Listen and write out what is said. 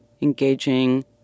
engaging